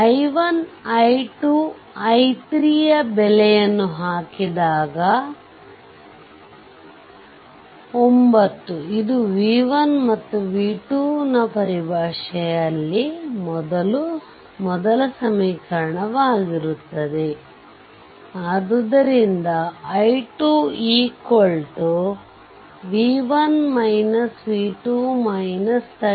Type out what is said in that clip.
i1 i2 i3 ಬೆಲೆಯನ್ನು ಹಾಕಿದಾಗ 9 ಇದು v1 ಮತ್ತು v2 ನ ಪರಿಭಾಷೆಯಲ್ಲಿ ಮೊದಲ ಸಮೀಕರಣವಾಗಿರುತ್ತದೆ ಆದ್ದರಿಂದ i2 2